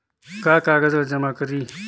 कौन का कागज ला जमा करी?